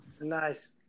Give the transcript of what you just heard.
Nice